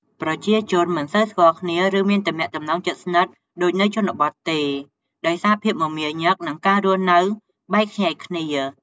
ប្រជាជនមិនសូវស្គាល់គ្នា ឬមានទំនាក់ទំនងជិតស្និទ្ធដូចនៅជនបទទេ ដោយសារភាពមមាញឹក និងការរស់នៅបែកខ្ញែកគ្នា។